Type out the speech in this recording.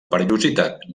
perillositat